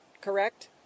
correct